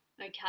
okay